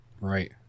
Right